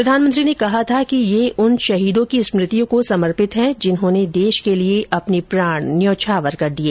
प्रधानमंत्री ने कहा था कि ये उन शहीदों की स्मृतियों को समर्पित है जिन्होंने देश के लिए अपने प्राण न्यौछावर कर दिए